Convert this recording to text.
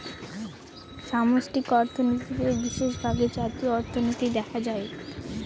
সামষ্টিক অর্থনীতিতে বিশেষভাগ জাতীয় অর্থনীতি দেখা হয়